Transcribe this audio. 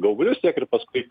gaublius tiek ir paskui